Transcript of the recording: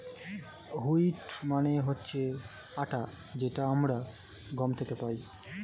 wheat মানে হচ্ছে আটা যেটা আমরা গম থেকে পাই